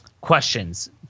questions